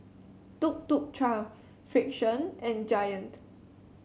Tuk Tuk Cha Frixion and Giant